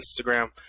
Instagram